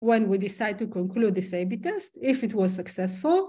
‫כשהחלטנו לסיים את הטסט ה-AB הזה, ‫אם זה היה מוצלח.